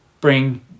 bring